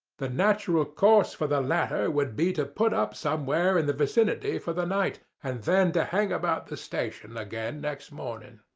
the natural course for the latter would be to put up somewhere in the vicinity for the night, and then to hang about the station again next morning.